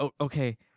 okay